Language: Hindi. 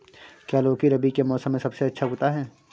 क्या लौकी रबी के मौसम में सबसे अच्छा उगता है?